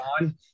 on